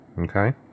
okay